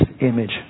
image